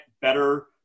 better